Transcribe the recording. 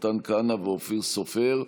מתן כהנא ואופיר סופר,